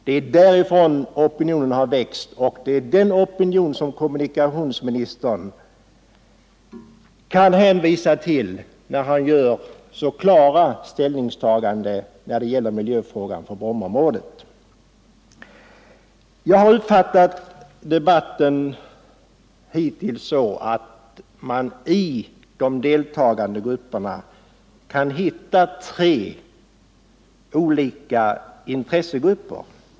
Det är med utgångspunkt i detta önskemål som det i denna fråga har växt fram en opinion, som kommunikationsministern kan hänvisa till när han gör så klara ställningstaganden i vad gäller miljöfrågan i Brommaområdet. Jag har uppfattat debatten hittills så att det bland deltagarna finns tre olika intressegrupper.